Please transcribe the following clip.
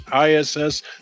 ISS